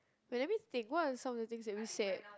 wait let me think what are some of the things that we said